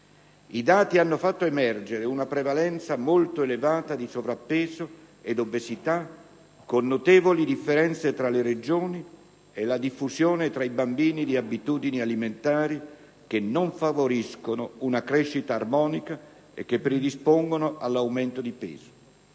I dati hanno fatto emergere una prevalenza molto elevata di sovrappeso ed obesità, con notevoli differenze tra le Regioni e la diffusione tra i bambini di abitudini alimentari che non favoriscono una crescita armonica e predispongono all'aumento di peso.